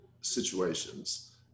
situations